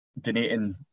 donating